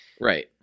right